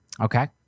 okay